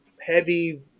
heavy